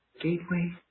gateway